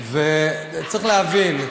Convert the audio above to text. וצריך להבין,